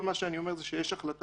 כל מה שאני אומר זה שיש החלטה